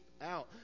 out